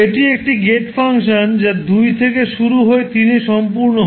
এটি একটি gate function যা দুই থেকে শুরু হয়ে তিনে সম্পূর্ণ হয়